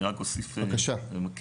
אני רק אוסיף, אמקד.